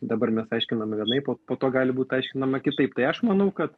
dabar mes aiškinam vienaip o po to gali būti aiškinama kitaip tai aš manau kad